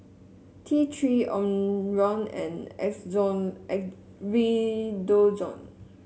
T Three Omron and Redoxon